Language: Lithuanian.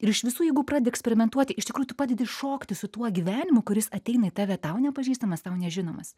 ir iš visų jėgų pradedi eksperimentuoti iš tikrųjų tu padedi šokti su tuo gyvenimu kuris ateina į tave tau nepažįstamas tau nežinomas